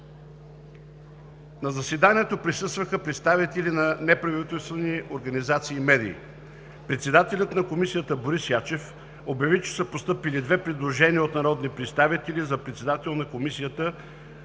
На заседанието присъстваха представители на неправителствени организации и медии. Председателят на комисията Борис Ячев обяви, че са постъпили две предложения от народни представители за председател на Комисията за